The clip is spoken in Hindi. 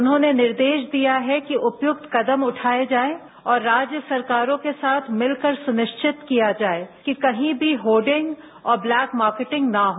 उन्हॉने निर्देश दिया है कि उपयुक्त कदम उठाए जाएं और राज्य सरकारों के साथ मिलकर सुनिश्चित किया जाए कि कही भी होर्डिंग और ब्लैक मार्किटिंग न हो